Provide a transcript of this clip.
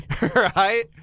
Right